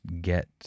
get